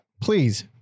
please